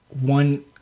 one